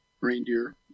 reindeer